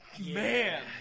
man